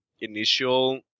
initial